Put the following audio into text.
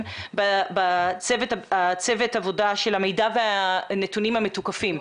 בצוות עבודה של המידע והנתונים המתוקפים.